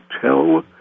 tell